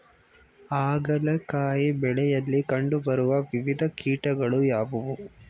ಹಾಗಲಕಾಯಿ ಬೆಳೆಯಲ್ಲಿ ಕಂಡು ಬರುವ ವಿವಿಧ ಕೀಟಗಳು ಯಾವುವು?